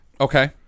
Okay